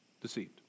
deceived